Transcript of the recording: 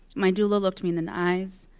my doula looked me in the eyes,